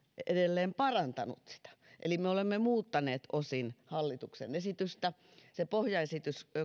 edelleen parantanut sitä eli me olemme muuttaneet osin hallituksen esitystä kun se pohjaesitys